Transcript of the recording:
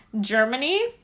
germany